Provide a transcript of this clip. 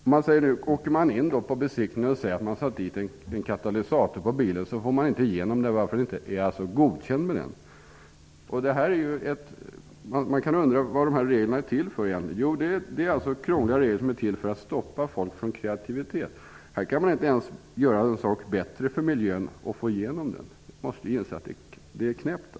Om man vid en bilbesiktning säger att man har monterat en katalysator på bilen blir den inte godkänd. Man kan undra vad reglerna egentligen är till för. De krångliga reglerna är till för att stoppa folks kreativitet. Här kan man inte ens göra en sak som är bättre för miljön, för då får man inte bilen godkänd. Det är knäppt!